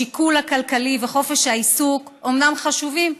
השיקול הכלכלי וחופש העיסוק אומנם חשובים,